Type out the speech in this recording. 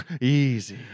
easy